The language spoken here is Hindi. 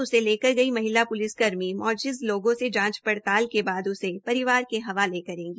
उसे लेकर गई महिला प्लिसकर्मी मौजिज लोगों से जांच पड़ताल के बाद उसे परिवार के हवाले करेगी